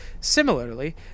similarly